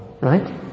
right